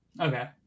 Okay